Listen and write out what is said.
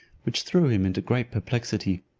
which threw him into great perplexity.